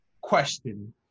question